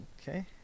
Okay